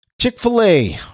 Chick-fil-A